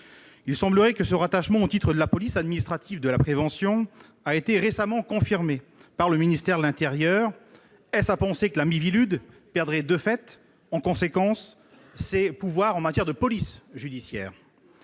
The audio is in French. Il semblerait que ce rattachement au titre de la police administrative de la prévention ait été récemment confirmé par le ministère de l'intérieur. Est-ce à penser que la Miviludes perdrait, de fait, ses pouvoirs en matière de police judiciaire ?